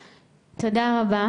בבקשה.